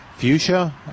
Fuchsia